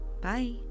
Bye